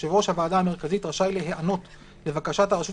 יושב ראש הוועדה המרכזית רשאי להיענות לבקשת הרשות